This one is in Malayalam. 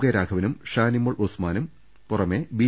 കെ രാഘവനും ഷാനിമോൾ ഉസ്മാനും പുറമെ ബി